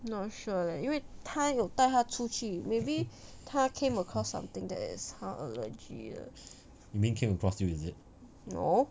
not sure leh 因为他有带它出去 maybe 他 came across something that is 它 allergy 的 no